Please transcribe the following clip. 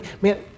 man